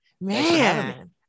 Man